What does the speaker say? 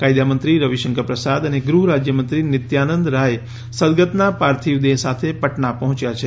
કાયદામંત્રી રવીશંકર પ્રસાદ અને ગૃહરાજયમંત્રી નિત્યાનંદ રાય સદગતના પાર્થિવ દેહ સાથે પટના પહોચ્યા છે